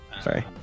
Sorry